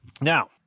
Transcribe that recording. Now